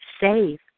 save